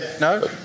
No